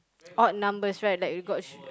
odd numbers right like you got